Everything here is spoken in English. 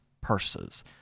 purses